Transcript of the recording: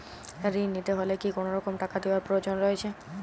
ঋণ নিতে হলে কি কোনরকম টাকা দেওয়ার প্রয়োজন রয়েছে?